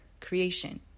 creation